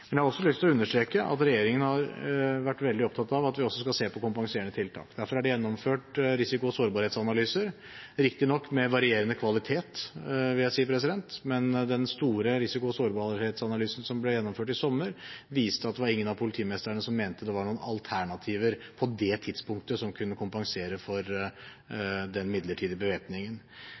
men den store risiko- og sårbarhetsanalysen som ble gjennomført i sommer, viste at det var ingen av politimestrene som mente det var noen alternativer på det tidspunktet som kunne kompensere for